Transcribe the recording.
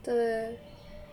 对